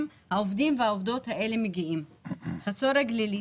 העובדים והעובדות האלה מגיעים - חצור הגלילית,